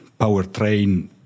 powertrain